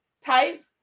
type